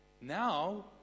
now